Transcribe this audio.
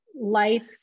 life